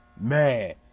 Man